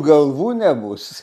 galvų nebus